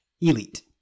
Elite